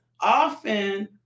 often